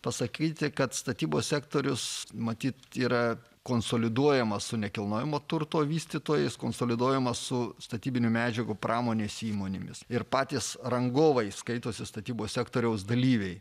pasakyti kad statybos sektorius matyt yra konsoliduojama su nekilnojamo turto vystytojais konsoliduojama su statybinių medžiagų pramonės įmonėmis ir patys rangovai skaitosi statybos sektoriaus dalyviai